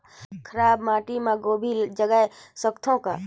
खराब माटी मे गोभी जगाय सकथव का?